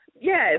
Yes